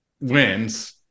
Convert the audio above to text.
wins